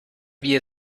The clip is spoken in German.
wie